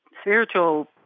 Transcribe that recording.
spiritual